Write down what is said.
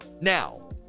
now